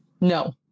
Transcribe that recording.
No